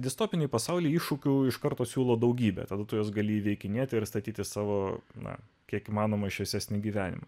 distopijų pasaulyje iššūkių iš karto siūlo daugybę tarnautojas gali įveikinėti ir statyti savo na kiek įmanoma šviesesnį gyvenimą